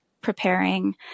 preparing